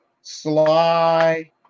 Sly